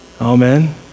amen